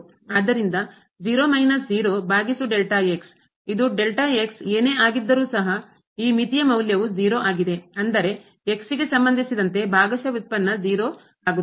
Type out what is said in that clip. ಆದ್ದರಿಂದ 0 ಮೈನಸ್ 0 ಬಾಗಿಸು ಇದು ಏನೇ ಆಗಿದ್ದರೂ ಸಹ ಈ ಮಿತಿಯ ಮೌಲ್ಯವು 0 ಆಗಿದೆ ಅಂದರೆ ಗೆ ಸಂಬಂಧಿಸಿದಂತೆ ಭಾಗಶಃ ವ್ಯುತ್ಪನ್ನ 0 ಆಗುತ್ತದೆ